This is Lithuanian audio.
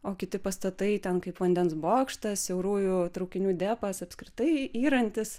o kiti pastatai ten kaip vandens bokštas siaurųjų traukinių depas apskritai yrantys